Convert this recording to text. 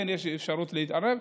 אז כן יש אפשרות להתערב.